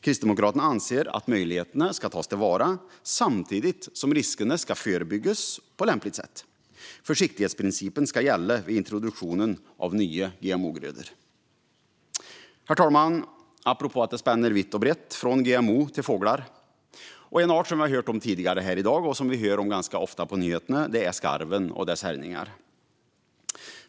Kristdemokraterna anser att möjligheterna ska tas till vara samtidigt som riskerna ska förebyggas på lämpligt sätt. Försiktighetsprincipen ska gälla vid introduktion av nya GMO-grödor. Herr talman! Apropå att debatten spänner vitt och brett går jag nu från GMO till fåglar. En art som vi har hört om tidigare i dag och som vi ofta hör om på nyheterna är skarven och dess härjningar.